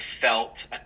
felt